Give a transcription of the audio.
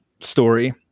story